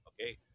okay